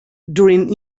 during